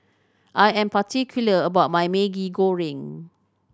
I am particular about my Maggi Goreng